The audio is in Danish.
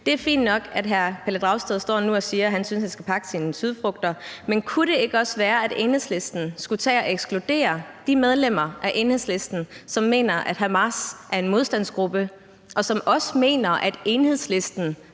Det er fint nok, at hr. Pelle Dragsted nu står og siger, at han skal pakke sine sydfrugter. Kunne det ikke også være, at Enhedslisten skulle tage at ekskludere de medlemmer af Enhedslisten, som mener, at Hamas er en modstandsgruppe, og som også mener, at Enhedslisten